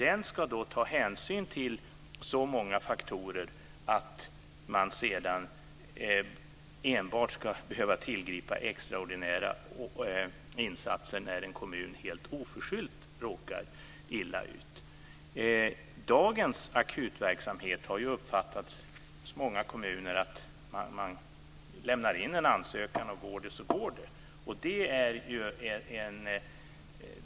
Den ska ta hänsyn till så många faktorer att man enbart ska behöva tillgripa extraordinära insatser när en kommun helt oförskyllt råkar illa ut. Dagens akutverksamhet har av många kommuner uppfattats så, att man har kunnat chansa och lämna in en ansökan. Går det så går det.